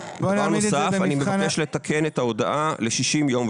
דבר נוסף: אני מבקש לתקן את ההודעה ל-60 יום,